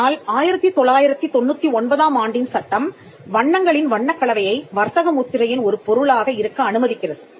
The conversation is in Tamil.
ஆனால் 1999ஆம் ஆண்டின் சட்டம் வண்ணங்களின் வண்ணக் கலவையை வர்த்தக முத்திரையின் ஒரு பொருளாக இருக்க அனுமதிக்கிறது